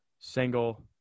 single